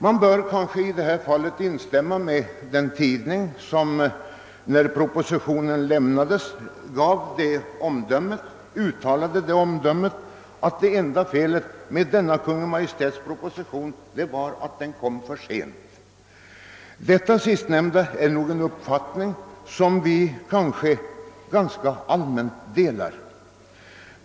I detta fall bör man kanske instämma med den tidning som när propositionen lämnades fällde omdömet att det enda felet med propositionen vore att den kommit för sent, ty detta är nog en ganska allmän uppfattning.